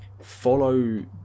follow